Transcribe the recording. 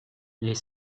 les